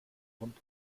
und